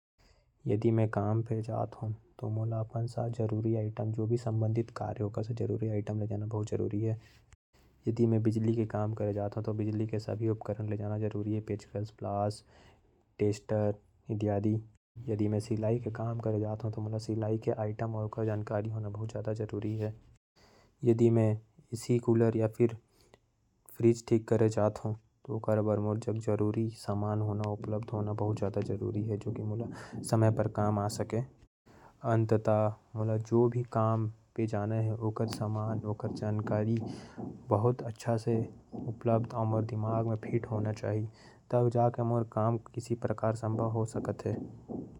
यदि में काम पे जात हो तो मैं ओकर से सम्बंधित सारा समान ले जाहु। जैसे मैं बिजली के काम करे जात हो तो। पलाश पेचकस टेस्टर इत्यादि समान ले जाहु। और मैं सिलाई के काम करे बर जात हो तो। मौके सिलाई कर आइटम होना बहुत जरूरी है। और मैं ऐसी फ्रिज के काम करे बर जात हो तो। मोके सारा जानकारी और सारा समान के होना जरूरी है।